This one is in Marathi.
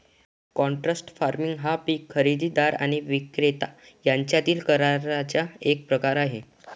कॉन्ट्रॅक्ट फार्मिंग हा पीक खरेदीदार आणि विक्रेता यांच्यातील कराराचा एक प्रकार आहे